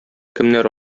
кемнәр